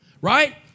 Right